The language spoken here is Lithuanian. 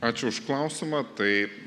ačiū už klausimą tai